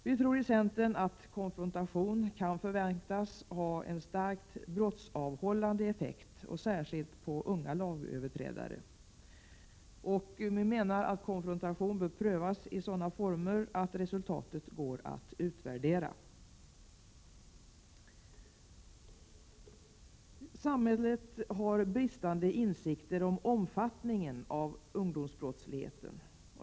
Vi tror i centern att konfrontation kan förväntas ha en starkt brottsavhållande effekt, särskilt på unga lagöverträdare. Vi menar att konfrontation bör prövas i sådana former att resultatet går att utvärdera. Samhället har bristande insikter i omfattningen av ungdomsbrottsligheten.